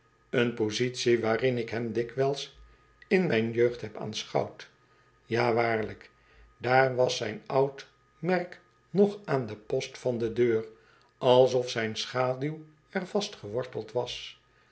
eene positie waarin ik hem dikwijls in mijn jeugd heb aanschouwd ja waarlijk daar was zijn oud merk nog aan den post van de deur alsof zijn schaduw er vastgeworteld was